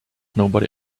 nobody